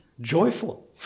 Joyful